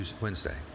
Wednesday